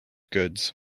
goods